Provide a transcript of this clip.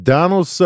Donald